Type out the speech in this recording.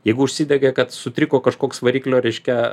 jeigu užsidega kad sutriko kažkoks variklio reiškia